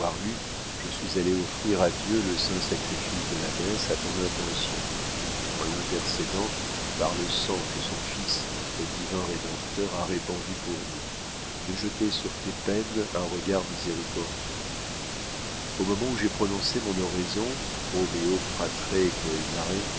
je suis allé offrir à dieu le saint sacrifice de la messe à ton intention en l'intercédant par le sang que son fils notre divin rédempteur a répandu pour nous de jeter sur tes peines un regard miséricordieux au moment où j'ai prononcé mon oraison pro meo